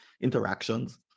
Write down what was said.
interactions